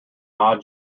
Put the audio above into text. odd